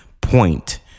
point